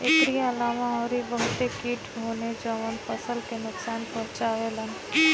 एकरी अलावा अउरी बहते किट होने जवन फसल के नुकसान पहुंचावे लन